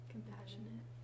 Compassionate